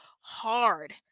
hard